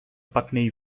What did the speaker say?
putney